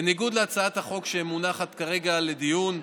בניגוד להצעת החוק שמונחת כרגע לדיון,